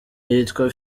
iyitwa